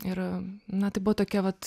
ir na tai buvo tokia vat